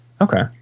Okay